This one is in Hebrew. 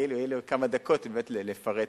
יהיו לי עוד דקות באמת לפרט,